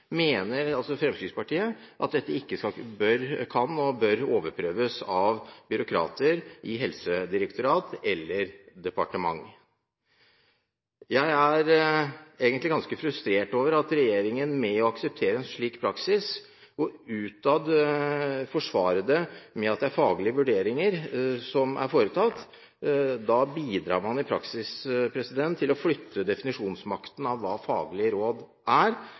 mener Fremskrittspartiet at dette ikke bør kunne overprøves av byråkrater i direktorat eller i departement. Jeg er egentlig ganske frustrert over at regjeringen aksepterer en praksis med utad å forsvare det med at det er faglige vurderinger som er foretatt. Da bidrar man i praksis til å flytte definisjonsmakten for hva faglige råd er,